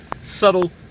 subtle